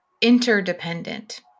interdependent